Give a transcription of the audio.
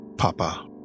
Papa